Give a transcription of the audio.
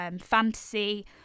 fantasy